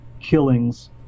killings